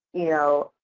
you know,